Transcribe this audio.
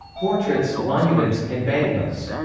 portraits, monuments, and banknotes